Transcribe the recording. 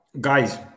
guys